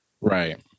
right